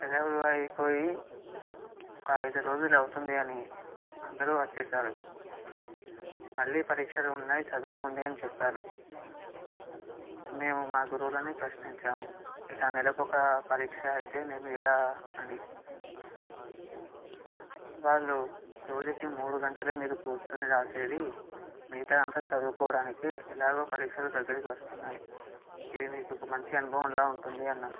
సెలవులు అయిపోయి ఒక ఐదు రోజులు అవుతుంది అని అందరూ వచ్చేసారు మళ్ళీ పరీక్షలు ఉన్నాయి చదువుకోండి అని చెప్పారు మేము మా గురువులని ప్రశ్నించాము ఇలా నెలకొక పరీక్ష అయితే మేము ఎలా అని వాళ్ళు రోజుకి మూడు గంటలే మీరు కూర్చొని రాసేది మిగతాదంతా చదువుకోవడానికే ఎలాగో పరీక్షలు దగ్గరికి వస్తున్నాయి ఇది మీకు ఒక మంచి అనుభవంలా ఉంటుంది అన్నారు